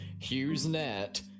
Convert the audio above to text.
HughesNet